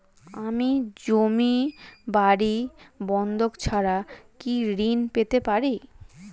আমি জমি বাড়ি বন্ধক ছাড়া কি ঋণ পেতে পারি?